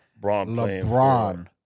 LeBron